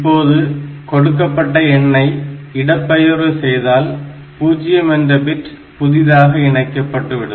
இப்போது கொடுக்கப்பட்ட எண்ணை இடபெயர்வு செய்வதால் 0 என்ற பிட் புதிதாக இணைக்கப்பட்டுவிடும்